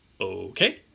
Okay